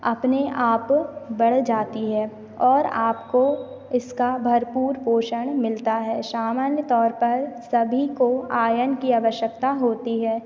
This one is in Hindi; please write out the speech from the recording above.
अपनेआप बढ़ जाती है और आपको इसका भरपूर पोषण मिलता है सामान्य तौर पर सभी को आयन की आवश्यकता होती है